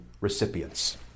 recipients